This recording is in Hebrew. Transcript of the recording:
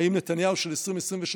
האם נתניהו של 2020,